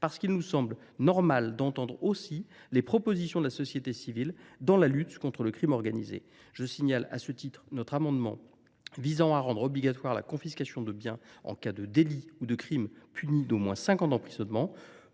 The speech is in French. parce qu’il nous semble normal d’entendre aussi les propositions de la société civile en matière de lutte contre le crime organisé. À cet égard, je signale notre amendement visant à rendre obligatoire la confiscation de biens en cas de délit ou de crime puni d’au moins cinq ans d’emprisonnement.